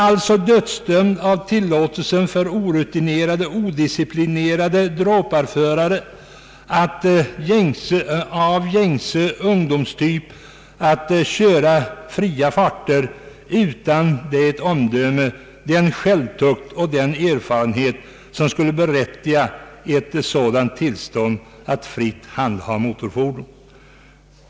plinerade dråparförare av gängse ungdomstyp att köra fria farter utan det omdöme, den självtukt och den erfarenhet, som skulle berättiga ett sådant tillstånd att fritt handha motorfordon.